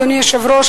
אדוני היושב-ראש,